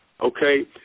okay